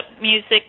music